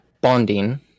bonding